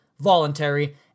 voluntary